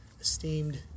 esteemed